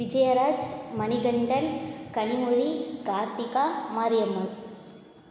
Vijayaraj Manikandan Kanimozhi Karthika Mariammal